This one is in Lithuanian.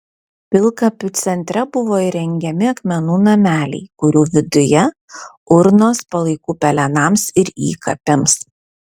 pilkapių centre buvo įrengiami akmenų nameliai kurių viduje urnos palaikų pelenams ir įkapėms